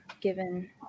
given